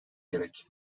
gerek